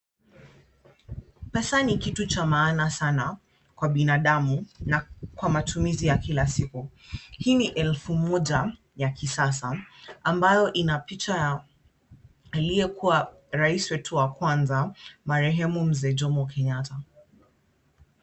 Pesa ni kitu cha maana sana kwa binadamu na kwa matumizi ya kila siku. Hii ni elfu moja ya kisasa ambayo ina picha ya aliyekuwa rais wetu wa kwanza, marehemu mzee Jomo Kenyatta.